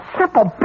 simple